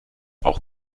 auch